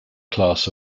class